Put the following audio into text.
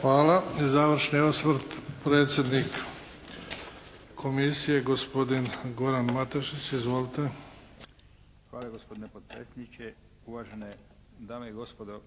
Hvala. Završni osvrt, predsjednik Komisije gospodin Goran Matešić. Izvolite. **Matešić, Goran** Hvala gospodine potpredsjedniče. Uvažene dame i gospodo